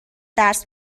درس